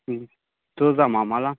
చూద్దామా మళ్ళా